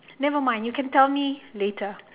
never mind you can tell me later